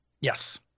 Yes